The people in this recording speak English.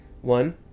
one